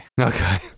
Okay